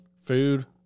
Food